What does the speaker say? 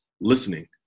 Listening